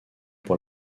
pour